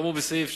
כאמור לעיל,